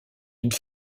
une